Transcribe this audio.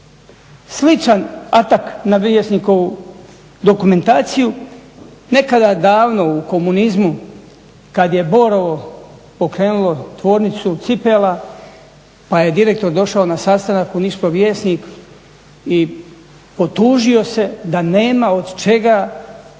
sličan atak na vjesnikovu dokumentaciju, nekada davno u komunizmu kada je Borovo pokrenulo tvornicu cipela pa je direktor došao na sastanak NIŠPRO Vjesnik i potužio se da nema od čega